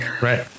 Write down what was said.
Right